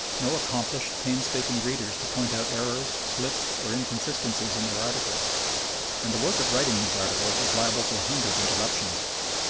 no accomplished, painstaking readers to point out errors, slips, or inconsistencies in their articles and the work of writing these articles is liable to a hundred interruptions.